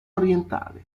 orientale